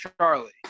Charlie